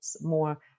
more